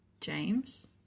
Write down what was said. James